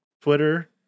Twitter